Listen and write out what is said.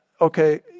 okay